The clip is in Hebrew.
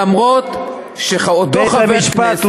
למרות שאותו חבר כנסת,